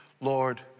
Lord